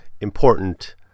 important